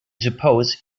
suppose